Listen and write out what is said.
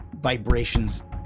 Vibrations